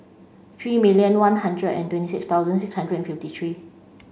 three million one hundred and twenty six thousand six hundred and fifty three